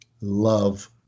love